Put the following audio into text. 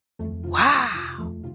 Wow